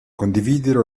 condividere